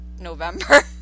November